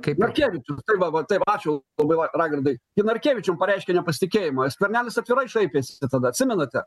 kaip narkevičius va va taip ačiū labai raigardai gi narkevičiui pareiškė nepasitikėjimą skvernelis atvirai šaipėsi tada atsimenate